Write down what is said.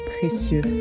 précieux